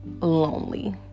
lonely